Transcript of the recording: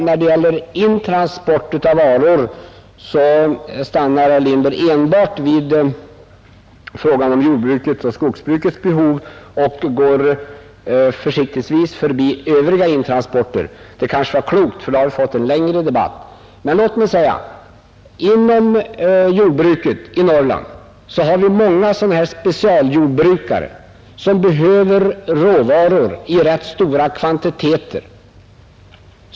När det gäller intransport av varor stannar herr Lindberg enbart vid frågan om jordbrukets och skogsbrukets behov och går försiktigtvis förbi övriga intransporter. Det kanske var klokt, för annars hade vi fått en längre debatt. Men inom jordbruket i Norrland har vi många specialjord brukare som behöver råvaror i rätt stora kvantiteter.